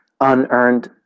unearned